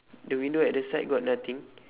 the window at the side got nothing